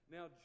Now